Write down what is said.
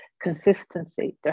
consistency